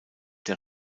der